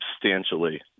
substantially